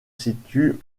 situe